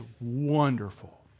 wonderful